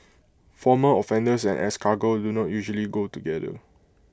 former offenders and escargot do not usually go together